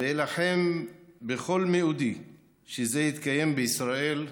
ואילחם בכל מאודי שזה יתקיים בישראל,